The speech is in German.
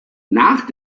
nach